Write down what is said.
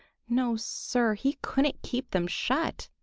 no, sir, he couldn't keep them shut!